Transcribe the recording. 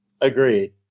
agreed